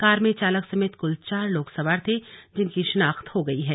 car में चालक समेत कुल चार लोग सवार थे जिनकी शिनाख्त हो गई है